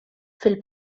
fil